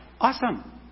awesome